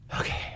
Okay